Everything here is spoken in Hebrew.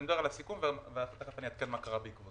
אני אדבר על הסיכום ואחר-כך אני אעדכן מה קרה בעקבותיו.